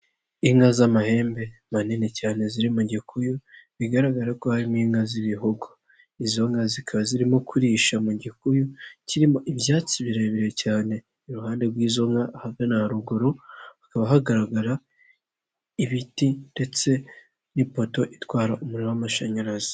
Inka z'amahembe manini cyane ziri mu gikuyu bigaragara ko harimo inka z'ibihogo, izo nka zikaba zirimo kurisha mu gikuyu kirimo ibyatsi birebire cyane, iruhande rw'izo nka ahagana haruguru hakaba hagaragara ibiti ndetse n'ipoto itwara umuriro w'amashanyarazi.